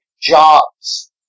jobs